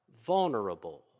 vulnerable